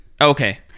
Okay